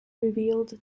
revealed